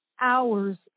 hours